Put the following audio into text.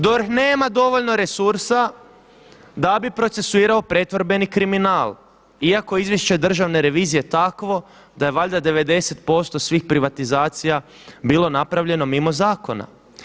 DORH nema dovoljno resursa da bi procesuirao pretvorbeni kriminal iako je izvješće Državne revizije takvo da je valjda 90% svih privatizacija bilo napravljeno mimo zakona.